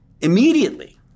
immediately